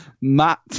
Matt